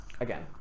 again